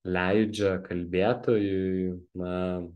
leidžia kalbėtojui na